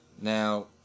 Now